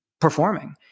performing